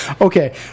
Okay